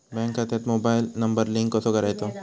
Bank खात्यात mobile number link कसो करायचो?